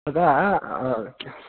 तदा